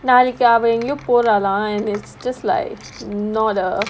நாளைக்கு அவ எங்கயோ போறாளா:naalaikku ava engayo poraalaa and it's just like not a